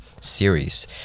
Series